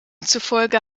zufolge